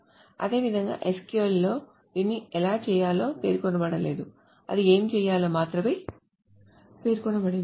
అదేవిధంగా SQL లో దీన్ని ఎలా చేయాలో పేర్కొనబడలేదు అది ఏమి చేయాలో మాత్రమే పేర్కొనబడింది